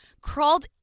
crawled